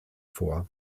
vor